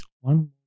One